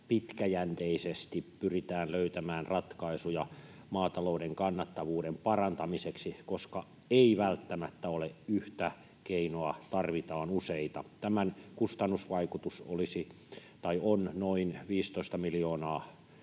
pitkäjänteisesti pyritään löytämään ratkaisuja maatalouden kannattavuuden parantamiseksi, koska ei välttämättä ole yhtä keinoa vaan tarvitaan useita. Tämän kustannusvaikutus on noin 15 miljoonaa